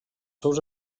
seus